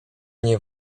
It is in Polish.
nie